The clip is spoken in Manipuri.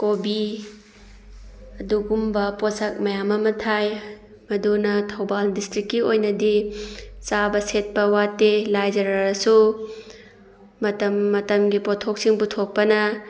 ꯀꯣꯕꯤ ꯑꯗꯨꯒꯨꯝꯕ ꯄꯣꯠꯁꯛ ꯃꯌꯥꯝ ꯑꯃ ꯊꯥꯏ ꯃꯗꯨꯅ ꯊꯧꯕꯥꯜ ꯗꯤꯁꯇ꯭ꯔꯤꯛꯀꯤ ꯑꯣꯏꯅꯗꯤ ꯆꯥꯕ ꯁꯦꯠꯄ ꯋꯥꯠꯇꯦ ꯂꯥꯏꯖꯔꯁꯨ ꯃꯇꯝ ꯃꯇꯝꯒꯤ ꯄꯣꯊꯣꯛꯁꯤꯡ ꯄꯨꯊꯣꯛꯄꯅ